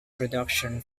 production